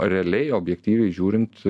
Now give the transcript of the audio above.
realiai objektyviai žiūrint